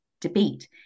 debate